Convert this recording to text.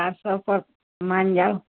चारि सएपर मानि जाउ